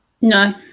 no